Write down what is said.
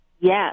Yes